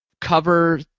cover